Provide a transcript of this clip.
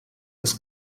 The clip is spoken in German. das